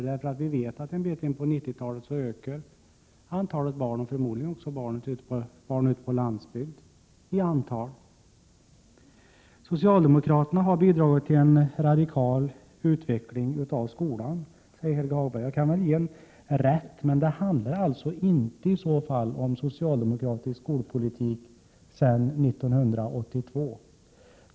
Vi vet att antalet barn kommer att öka en bit in på 90-talet, och det gäller förmodligen också barn ute på landsbygden. Socialdemokraterna har bidragit till en radikal utveckling av skolan, säger Helge Hagberg. Jag kan väl ge honom rätt i det, men det handlar i så fall inte om socialdemokratisk skolpolitik efter 1982.